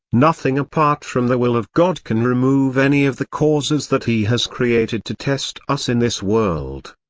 nothing apart from the will of god can remove any of the causes that he has created to test us in this world.